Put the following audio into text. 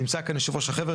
נמצא כאן יושב ראש החבר,